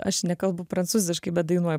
aš nekalbu prancūziškai bet dainuoju